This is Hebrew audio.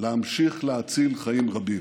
להמשיך להציל חיים רבים.